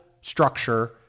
structure